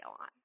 on